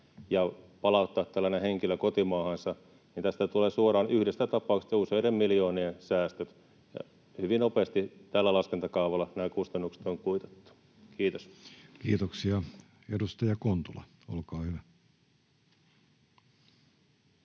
ja palauttaa tällainen henkilö kotimaahansa, niin tästä tulee suoraan yhdestä tapauksesta useiden miljoonien säästöt hyvin nopeasti. Tällä laskentakaavalla nämä kustannukset on kuitattu. — Kiitos. Kiitoksia. — Edustaja Kontula, olkaa hyvä.